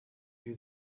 you